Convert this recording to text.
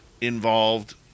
involved